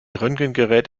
röntgengerät